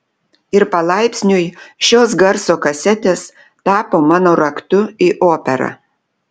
ir palaipsniui šios garso kasetės tapo mano raktu į operą